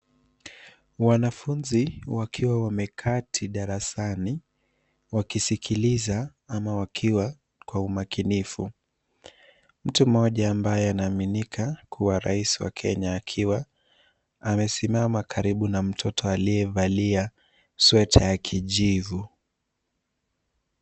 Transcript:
Wanafunzi wakiwa wameketi darasani, wakisikiliza ama wakiwa kwa umakinifu, mtu mmoja ambaye anaaminika kuwa Rais wa Kenya akiwa amesimama karibu na mtoto aliyevalia sweta ya kijivu.